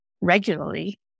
regularly